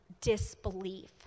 disbelief